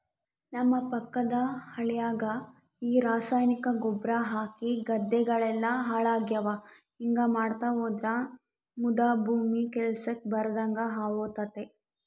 ನಮ್ಮ ಪಕ್ಕದ ಹಳ್ಯಾಗ ಈ ರಾಸಾಯನಿಕ ಗೊಬ್ರ ಹಾಕಿ ಗದ್ದೆಗಳೆಲ್ಲ ಹಾಳಾಗ್ಯಾವ ಹಿಂಗಾ ಮಾಡ್ತಾ ಹೋದ್ರ ಮುದಾ ಭೂಮಿ ಕೆಲ್ಸಕ್ ಬರದಂಗ ಹೋತತೆ